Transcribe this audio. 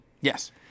Yes